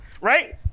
right